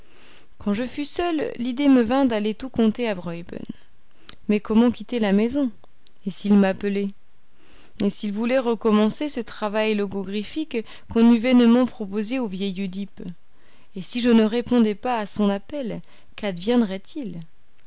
quand je fus seul l'idée me vint d'aller tout conter à graüben mais comment quitter la maison et s'il m'appelait et s'il voulait recommencer ce travail logogriphique qu'on eût vainement proposé au vieil oedipe et si je ne répondais pas à son appel quadviendrait il